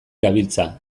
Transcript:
gabiltza